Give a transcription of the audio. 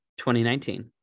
2019